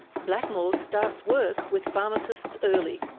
blackmores starts work with pharmacists early,